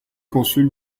consul